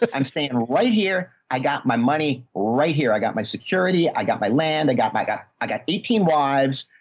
i'm staying and right here. i got my money right here. i got my security, i got my land. i got my guy, i got eighteen wives,